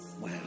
Wow